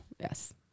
yes